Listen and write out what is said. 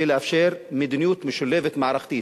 ולאפשר מדיניות משולבת מערכתית.